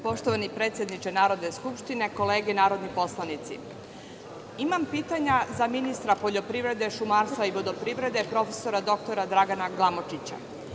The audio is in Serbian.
Poštovani predsedniče Narodne skupštine, kolege narodni poslanici, imam pitanja za ministra poljoprivrede, šumarstva i vodoprivrede, prof. dr Dragana Glamočića.